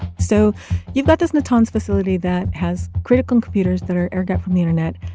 so you've got this natanz facility that has critical computers that are air gapped from the internet,